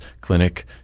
clinic